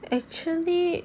actually